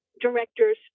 Directors